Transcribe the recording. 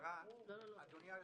אדוני היושב-ראש,